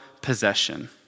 possession